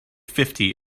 fifty